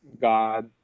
God